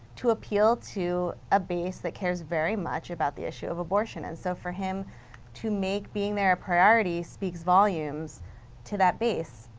to appeal to a base that cares very much about the issue of abortion. and so for him to make being there a priority, speak volumes to that base.